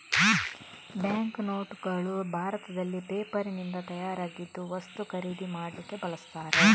bank ನೋಟುಗಳು ಭಾರತದಲ್ಲಿ ಪೇಪರಿನಿಂದ ತಯಾರಾಗಿದ್ದು ವಸ್ತು ಖರೀದಿ ಮಾಡ್ಲಿಕ್ಕೆ ಬಳಸ್ತಾರೆ